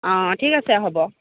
অ' ঠিক আছে হ'ব